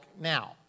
now